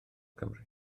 cymru